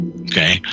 okay